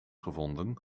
gevonden